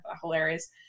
hilarious